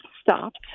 stopped